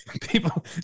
People